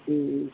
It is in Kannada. ಹ್ಞೂ